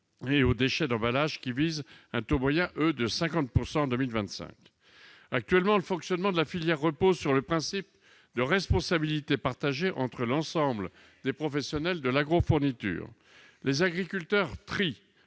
et aux déchets d'emballage a fixé pour 2025, qui est de 50 % en 2025. Actuellement, le fonctionnement de la filière repose sur le principe de responsabilité partagée entre l'ensemble des professionnels de l'agrofourniture : les agriculteurs trient,